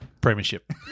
Premiership